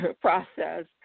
process